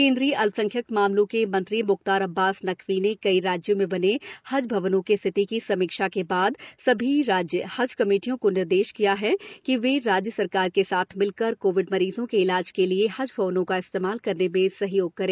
केन्द्रीय अल्पसंख्यक मामलों के मंत्री मुख्तार अब्बास नकवी ने कई राज्यों में बने हज भवनों की स्थिति की समीक्षा के बाद सभी राज्य हज कमेटियों को निर्देश दिया है कि वे राज्य सरकार के साथ मिलकर कोविड मरीजों के इलाज के लिए हज भवनों का इस्तेमाल करने में सहयोग करें